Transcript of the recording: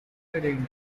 heading